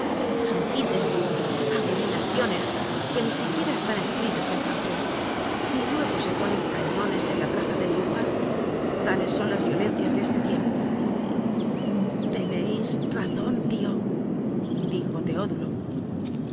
antítesis abominaciones que ni siquiera están escritas en francés y luego se ponen cañones en la plaza del louvre tales son las violencias de este tiempo teneis razon tio dijo teodulo el